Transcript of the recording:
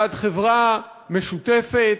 בעד חברה משותפת,